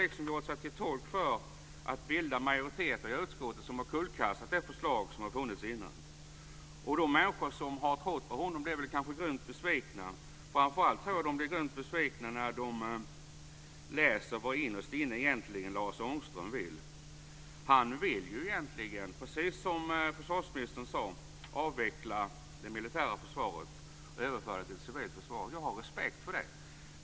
Han har gjort sig till tolk för att bilda majoriteter i utskottet som har kullkastat det förslag som har funnits innan. De människor som har trott på honom blir kanske djupt besvikna. Framför allt tror jag de blir besvikna när de läser vad Lars Ångström innerst inne egentligen vill. Han vill ju egentligen, precis som försvarsministern sade, avveckla det militära försvaret och överföra det till civilt försvar. Jag har respekt för det.